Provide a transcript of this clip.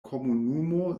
komunumo